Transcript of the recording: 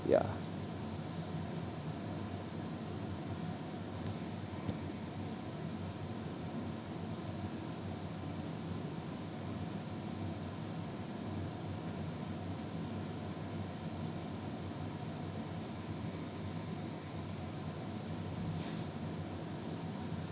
ya